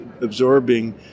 absorbing